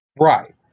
right